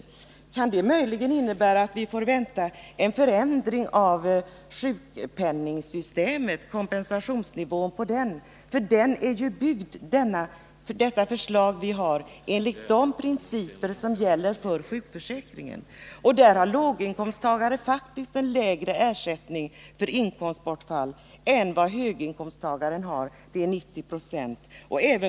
Kan det uttalandet möjligen innebära att vi har att vänta en förändring av kompensationsnivån inom sjukpenningsystemet? Vårt förslag är ju utformat enligt de principer som gäller för sjukförsäkringen och som ger en låginkomsttagare lägre ersättning för inkomstbortfall än vad en höginkomsttagare får, eftersom ersättningen är 90 20 av inkomsten.